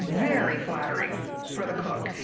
very flattering for the cook.